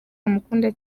bamukunda